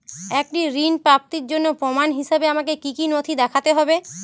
একটি ঋণ প্রাপ্তির জন্য প্রমাণ হিসাবে আমাকে কী কী নথি দেখাতে হবে?